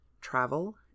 travel